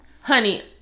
Honey